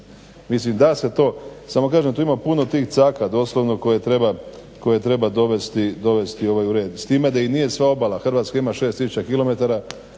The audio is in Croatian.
Mislim da se to, samo kažem tu ima puno tih caka, doslovno koje treba dovesti u red s time da to nije sva obala. Hrvatska ima šest tisuća kilometara